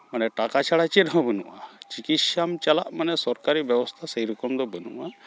ᱢᱟᱱᱮ ᱴᱟᱠᱟ ᱪᱷᱟᱲᱟ ᱪᱮᱫᱦᱚᱸ ᱵᱟᱹᱱᱩᱜᱼᱟ ᱪᱤᱠᱤᱥᱥᱟᱢ ᱪᱟᱞᱟᱜ ᱢᱟᱱᱮ ᱥᱚᱨᱠᱟᱨᱤ ᱵᱮᱵᱚᱥᱛᱷᱟ ᱥᱮᱹᱭ ᱨᱚᱠᱚᱢ ᱫᱚ ᱵᱟᱹᱱᱩᱜᱼᱟ